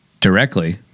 directly